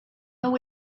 know